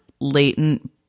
latent